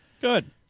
Good